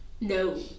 No